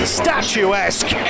statuesque